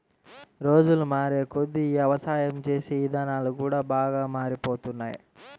రోజులు మారేకొద్దీ యవసాయం చేసే ఇదానాలు కూడా బాగా మారిపోతున్నాయ్